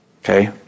Okay